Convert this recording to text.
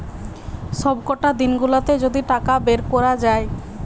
সবকটা দিন গুলাতে যদি টাকা বের কোরা যায়